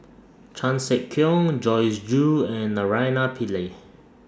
Chan Sek Keong Joyce Jue and Naraina Pillai